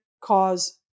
cause